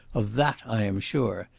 of that i am sure.